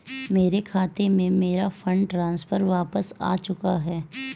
मेरे खाते में, मेरा फंड ट्रांसफर वापस आ चुका है